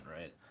right